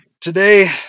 today